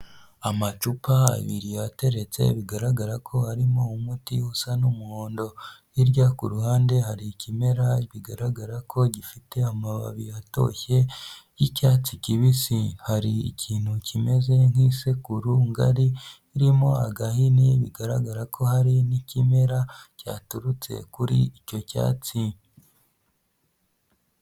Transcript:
Amacupa abiri aateretse, bigaragara ko harimo umuti usa n'umuhondo. Hirya kuruhande hari ikimera bigaragara ko gifite amababi atoshye y'icyatsi kibisi hari ikintu kimeze nk'isekuru ngari irimo agahini bigaragara ko hari n'ikimera cyaturutse kuri icyo cyatsi.